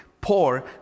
poor